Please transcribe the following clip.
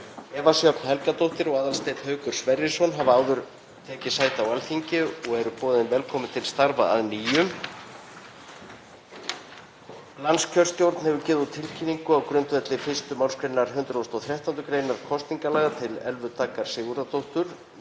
Eva Sjöfn Helgadóttir og Aðalsteinn Haukur Sverrisson hafa áður tekið sæti á Alþingi og eru boðin velkomin til starfa að nýju. Landskjörstjórn hefur gefið út tilkynningu á grundvelli 1. mgr. 113. gr. kosningalaga til Elvu Daggar Sigurðardóttur.